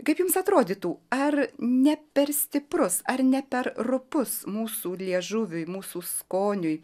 kaip jums atrodytų ar ne per stiprus ar ne per rupus mūsų liežuviui mūsų skoniui